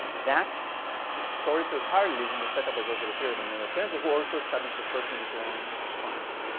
that historical parallelism was set up giorgio la pira, the mayor of firenze, who also established the first mediterranean conferences,